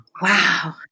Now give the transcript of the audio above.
Wow